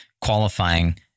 qualifying